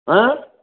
ହଁ